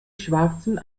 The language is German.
schwarzen